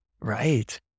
Right